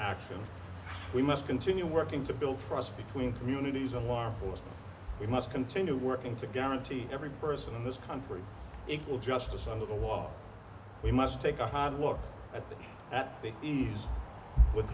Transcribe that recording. actions we must continue working to build trust between communities and our forces we must continue working to guarantee every person in this country equal justice under the law we must take a look at the ease with